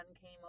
came